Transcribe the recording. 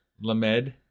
Lamed